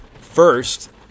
first